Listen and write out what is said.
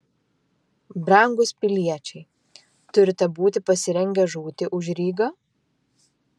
brangūs piliečiai turite būti pasirengę žūti už rygą